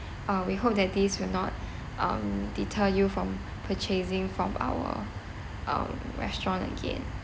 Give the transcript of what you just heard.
uh we hope that this will not um deter you from purchasing from our our restaurant again